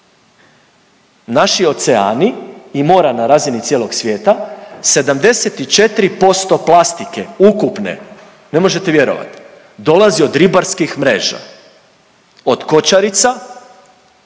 Naši oceani i mora na razini cijelog svijeta 74% plastike ukupne, ne možete vjerovat, dolazi od ribarskih mreža. Od kočarica,